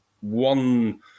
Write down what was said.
one